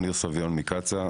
מקצא"א,